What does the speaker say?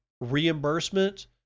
reimbursement